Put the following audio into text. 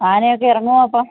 ആനയൊക്കെ ഇറങ്ങുമോ അപ്പം